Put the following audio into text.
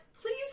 Please